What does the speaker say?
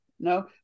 No